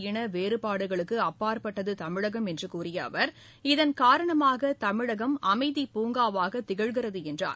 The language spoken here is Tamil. இன வேறுபாடுகளுக்குஅப்பாற்பட்டதுதமிழகம் என்றுகூறியஅவர் இதன் ஐாதி மத காரணமாகதமிழகம் அமைதிப் பூங்காவாகதிகழ்கிறதுஎன்றார்